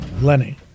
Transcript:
Lenny